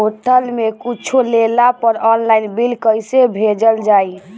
Hotel से कुच्छो लेला पर आनलाइन बिल कैसे भेजल जाइ?